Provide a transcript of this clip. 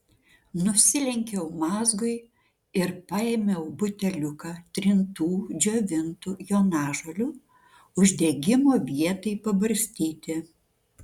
nusilenkiau mazgui ir paėmiau buteliuką trintų džiovintų jonažolių uždegimo vietai pabarstyti